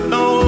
no